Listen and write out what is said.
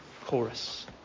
Chorus